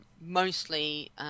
mostly